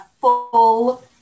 full